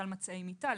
מצעי מיטה,